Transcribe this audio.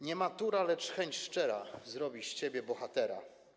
Nie matura, lecz chęć szczera zrobi z ciebie bohatera.